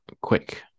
quick